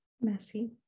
Messy